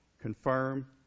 confirm